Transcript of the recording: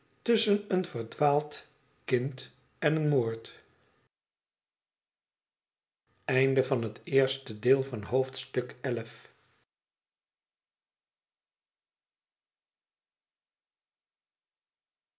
tusschen een verdwaald kind en een moord